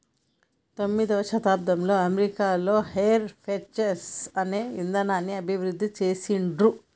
పంతొమ్మిదవ శతాబ్దంలో అమెరికాలో ఈ హైర్ పర్చేస్ అనే ఇదానాన్ని అభివృద్ధి చేసిండ్రు